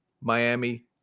Miami